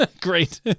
Great